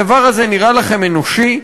הדבר הזה נראה לכם אנושי?